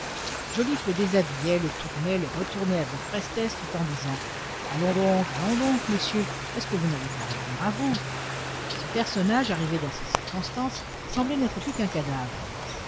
le déshabillait le tournait le retournait avec prestesse tout en disant allons donc allons donc monsieur est-ce que vous n'allez pas revenir à vous ce personnage arrivé dans ces circonstances semblait n'être plus qu'un cadavre